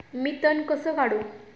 मी तण कसे काढू?